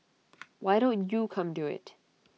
why don't you come do IT